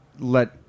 Let